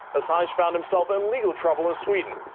assange found himself in legal trouble in sweden.